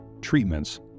treatments